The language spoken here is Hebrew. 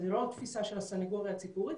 זו לא התפיסה של הסנגוריה הציבורית,